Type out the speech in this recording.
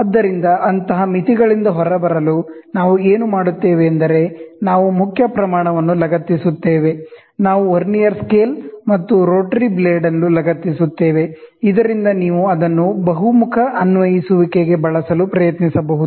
ಆದ್ದರಿಂದ ಅಂತಹ ಮಿತಿಗಳಿಂದ ಹೊರಬರಲು ನಾವು ಏನು ಮಾಡುತ್ತೇವೆಂದರೆ ನಾವು ಮೇನ್ ಸ್ಕೇಲ್ ನ್ನು ಲಗತ್ತಿಸುತ್ತೇವೆ ನಾವು ವರ್ನಿಯರ್ ಸ್ಕೇಲ್ ಮತ್ತು ರೋಟರಿ ಬ್ಲೇಡ್ ಅನ್ನು ಅಟ್ಯಾಚ್ ಮಾಡುತ್ತೇವೆ ಇದರಿಂದ ನೀವು ಅದನ್ನು ವರ್ಸಟೈಲ್ ಅಪ್ಪ್ಲಿಕೆಶನ್ಸ್ ಗೆ ಬಳಸಲು ಪ್ರಯತ್ನಿಸಬಹುದು